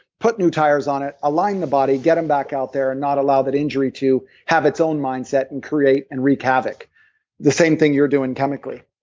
put new tires on it, align the body, get them back out there and not allow that injury to have its own mindset, and create and wreak havoc the same thing you're doing chemically